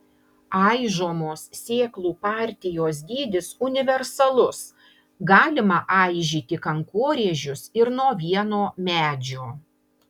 aižomos sėklų partijos dydis universalus galima aižyti kankorėžius ir nuo vieno medžio